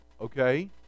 Okay